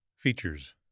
Features